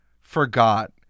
forgot